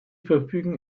verfügen